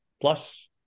plus